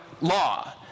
law